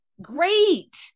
great